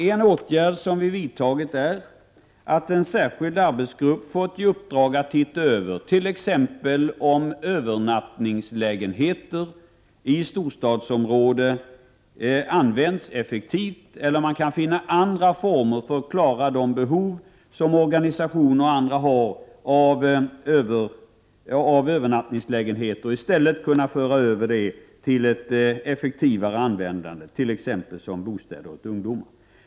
En åtgärd som vi vidtagit är att en särskild arbetsgrupp fått i uppdrag att se över t.ex. om övernattningslägenheter i storstadsområden används effektivt eller om man kan finna andra former för att tillgodose de behov som organisationer och andra har av övernattningsmöjligheter och åstadkomma ett effektivare användande av de övernattningslägenheterna, t.ex. som bostäder åt ungdomar.